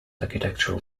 architectural